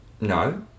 No